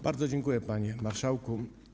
Bardzo dziękuję, panie marszałku.